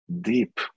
deep